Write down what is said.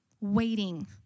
waiting